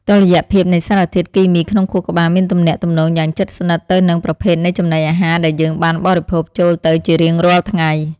តុល្យភាពនៃសារធាតុគីមីក្នុងខួរក្បាលមានទំនាក់ទំនងយ៉ាងជិតស្និទ្ធទៅនឹងប្រភេទនៃចំណីអាហារដែលយើងបានបរិភោគចូលទៅជារៀងរាល់ថ្ងៃ។